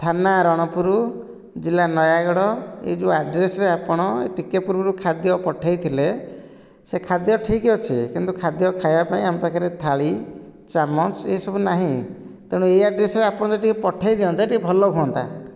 ଥାନା ରଣପୁରୁ ଜିଲ୍ଲା ନୟାଗଡ଼ ଏ ଯେଉଁ ଆଡ୍ରେସରେ ଆପଣ ଏହି ଟିକେ ପୂର୍ବରୁ ଖାଦ୍ୟ ପଠାଇଥିଲେ ସେ ଖାଦ୍ୟ ଠିକ୍ ଅଛି କିନ୍ତୁ ଖାଦ୍ୟ ଖାଇବା ପାଇଁ ଆମ ପାଖରେ ଥାଳି ଚାମଚ ଏସବୁ ନାହିଁ ତେଣୁ ଏହି ଆଡ୍ରେସରେ ଆପଣ ଯଦି ଟିକେ ପଠାଇ ଦିଅନ୍ତେ ଟିକେ ଭଲ ହୁଅନ୍ତା